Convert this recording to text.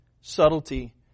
Subtlety